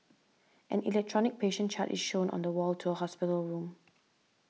an electronic patient chart is shown on the wall to a hospital room